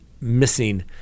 missing